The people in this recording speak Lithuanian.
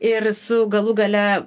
ir su galų gale